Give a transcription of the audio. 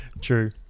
True